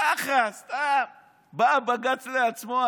ככה סתם בא הבג"ץ לעצמו,